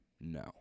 no